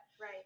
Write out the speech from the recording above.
right